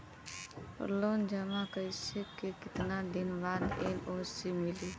Loan जमा कइले के कितना दिन बाद एन.ओ.सी मिली?